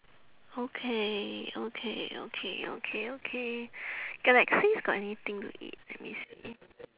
okay okay okay okay okay galaxis got anything to eat let me see